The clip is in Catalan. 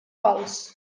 pals